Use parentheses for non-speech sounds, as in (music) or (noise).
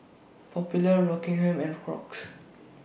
Popular Rockingham and Crocs (noise)